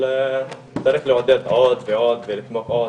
אבל צריך לעודד עוד ועוד ולתמוך עוד,